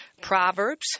Proverbs